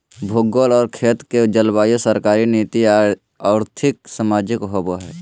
भूगोल और खेत के जलवायु सरकारी नीति और्थिक, सामाजिक होबैय हइ